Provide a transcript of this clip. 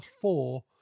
four